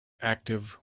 active